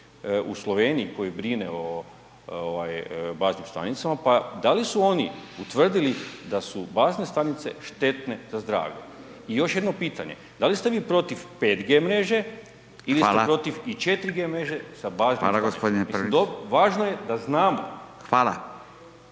u Sloveniji koji brine o ovaj baznim stanicama, pa da li su oni utvrdili da su bazne stanice štetne za zdravlje? I još jedno pitanje da li ste vi protiv 5G mreže ili ste protiv i 4G mreže …/Upadica: Hvala./… sa